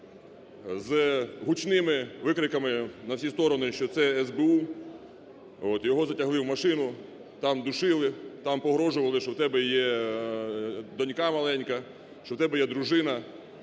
З гучними викриками на всі сторони, що це СБУ, його затягли в машину, там душили, там погрожували, що "в тебе є донька маленька, що в тебе є дружина".